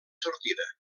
sortida